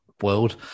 world